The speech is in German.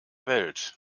welt